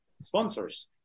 sponsors